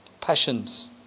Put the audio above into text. passions